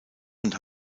und